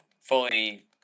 fully